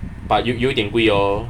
but 有有有一点贵哦